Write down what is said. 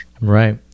right